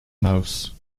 mouse